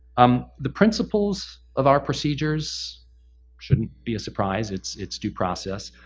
um the principles of our procedures shouldn't be a surprise. it's it's due process.